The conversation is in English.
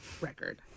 record